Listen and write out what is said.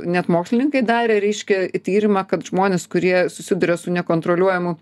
net mokslininkai darė reiškia tyrimą kad žmonės kurie susiduria su nekontroliuojamu